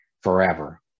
forever